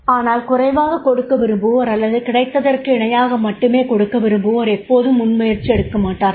ஆனால் குறைவாகக் கொடுக்க விரும்புவோர் அல்லது கிடைத்தற்கு இணையாக மட்டுமே கொடுக்க விரும்புவோர் எப்போதும் முன்முயற்சி எடுக்க மாட்டார்கள்